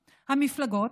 המפלגות,